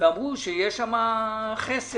ואמרו שיש שם חסר,